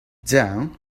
down